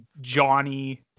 Johnny